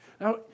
Now